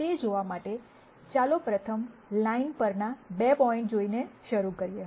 તે જોવા માટે ચાલો પ્રથમ લાઇન પરના 2 પોઇન્ટ જોઈને શરૂ કરીએ